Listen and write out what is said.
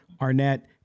Arnett